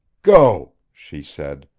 go! she said.